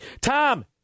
Tom